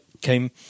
came